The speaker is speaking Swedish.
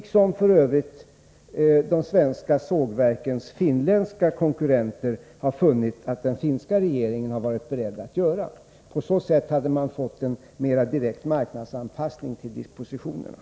Det är något som de svenska sågverkens finska konkurrenter f. ö. har funnit att den finska regeringen har varit beredd att göra. På så sätt skulle man ha fått en mera direkt marknadsanpassning av depositionerna.